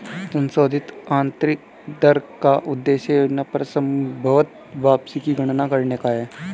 संशोधित आंतरिक दर का उद्देश्य योजना पर संभवत वापसी की गणना करने का है